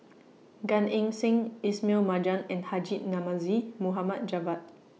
Gan Eng Seng Ismail Marjan and Haji Namazie Mohd Javad